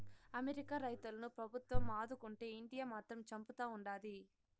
America రైతులను ప్రభుత్వం ఆదుకుంటే ఇండియా మాత్రం చంపుతా ఉండాది